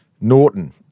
Norton